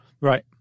Right